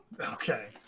Okay